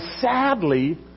sadly